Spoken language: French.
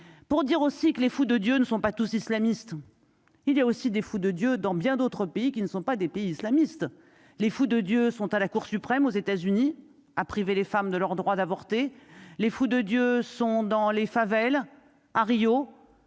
pour dire aussi que les fous de Dieu, ne sont pas tous islamistes, il y a aussi des fous de Dieu dans bien d'autres pays qui ne sont pas des pays islamistes les fous de Dieu sont à la Cour suprême aux États-Unis à priver les femmes de leur droit d'avorter les fous de Dieu sont dans les Favel à Rio